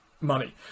money